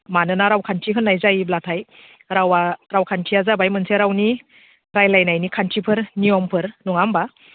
मानोना रावखान्थि होननाय जायोब्लाथाय रावआ रावखान्थिया जाबाय मोनसे रावनि रायज्लायनायनि खान्थिफोर नियमफोर नङा होनबा